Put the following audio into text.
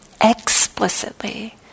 explicitly